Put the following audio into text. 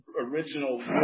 original